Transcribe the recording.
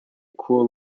cool